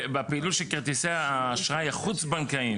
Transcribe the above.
בפעילות של כרטיסי האשראי החוץ בנקאיים,